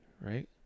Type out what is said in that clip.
right